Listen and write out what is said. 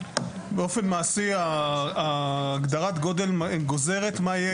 באופן מעשי הגדרת גודל גוזרת מה יהיה